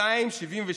276,